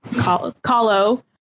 Colo